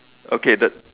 okay that